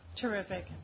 Terrific